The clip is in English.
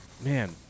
Man